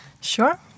Sure